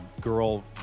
girl